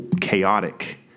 chaotic